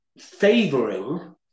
favoring